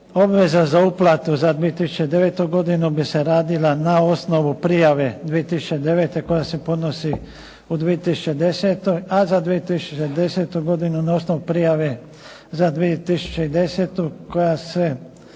obveza za uplatu za 2009. godinu bi se radila na osnovu prijave 2009. koja se podnosi u 2010., a za 2010. godinu na osnovu prijave za 2010. koja se